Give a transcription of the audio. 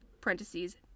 parentheses